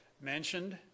mentioned